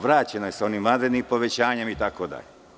Vraćeno je sa onim vanrednim povećanjem itd.